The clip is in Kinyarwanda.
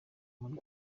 muri